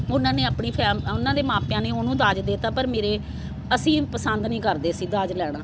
ਉਹਨਾਂ ਨੇ ਆਪਣੀ ਫੈਮ ਉਹਨਾਂ ਦੇ ਮਾਪਿਆਂ ਨੇ ਉਹਨੂੰ ਦਾਜ ਦੇ ਤਾ ਪਰ ਮੇਰੇ ਅਸੀਂ ਪਸੰਦ ਨਹੀਂ ਕਰਦੇ ਸੀ ਦਾਜ ਲੈਣਾ